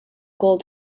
gold